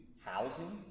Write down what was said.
housing